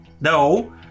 No